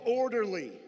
orderly